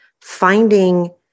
finding